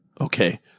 Okay